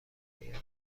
های